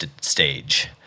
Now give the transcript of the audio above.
stage